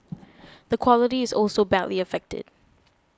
the quality is also badly affected